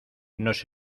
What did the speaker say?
nos